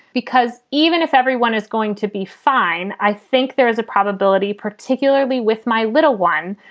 because even if everyone is going to be fine, i think there is a probability, particularly with my little one,